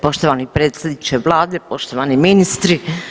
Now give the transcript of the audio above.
Poštovani predsjedniče vlade, poštovani ministri.